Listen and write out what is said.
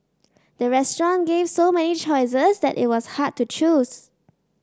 the restaurant gave so many choices that it was hard to choose